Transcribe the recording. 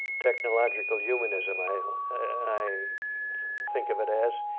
technological humanism, i i think of it as.